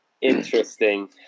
interesting